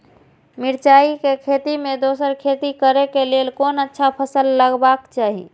मिरचाई के खेती मे दोसर खेती करे क लेल कोन अच्छा फसल लगवाक चाहिँ?